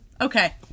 Okay